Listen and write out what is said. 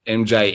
mj